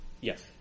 Yes